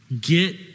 Get